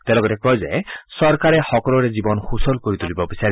তেওঁ লগতে কয় যে চৰকাৰে সকলোৰে জীৱন সূচল কৰি তুলিব বিচাৰে